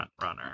frontrunner